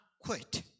quit